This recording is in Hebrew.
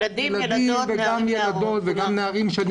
ילדים וילדות וגם נערים שאני יודע